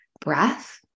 breath